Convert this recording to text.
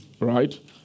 Right